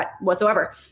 whatsoever